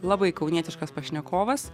labai kaunietiškas pašnekovas